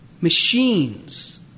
Machines